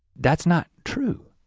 that's not true.